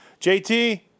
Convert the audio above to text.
JT